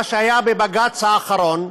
מה שהיה בבג"ץ האחרון,